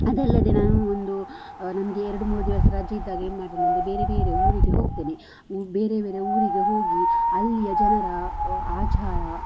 ಅದಲ್ಲದೆ ನಾವು ಒಂದು ನಮಗೆ ಎರಡು ಮೂರು ದಿವಸ ರಜೆ ಇದ್ದಾಗ ಏನು ಮಾಡ್ತೆ ಅಂದರೆ ಬೇರೆ ಬೇರೆ ಊರಿಗೆ ಹೋಗ್ತೇನೆ ಬೇರೆ ಬೇರೆ ಊರಿಗೆ ಹೋಗಿ ಅಲ್ಲಿಯ ಜನರ ಆಚಾರ